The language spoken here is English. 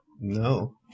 No